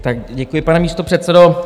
Tak děkuji, pane místopředsedo.